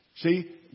See